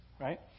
right